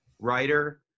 writer